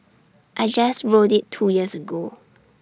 I just rode IT two years ago